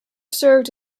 served